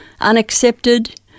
unaccepted